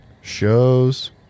Shows